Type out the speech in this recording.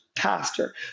pastor